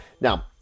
now